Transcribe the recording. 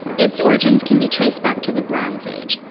its origins can be traced back to the bronze age,